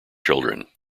children